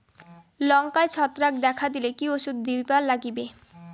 লঙ্কায় ছত্রাক দেখা দিলে কি ওষুধ দিবার লাগবে?